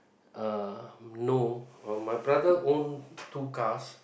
uh no uh my brother own two cars